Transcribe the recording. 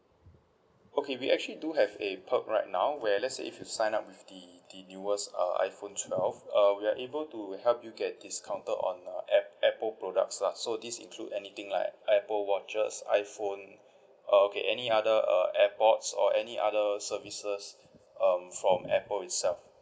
okay we actually do have a perk right now where let's say if you sign up with the the newest uh iphone twelve uh we are able to help you get discounted on uh app~ apple products lah so this include anything like apple watches iphone oh okay any other uh airpods or any other services um from apple itself